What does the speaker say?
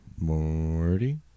Morty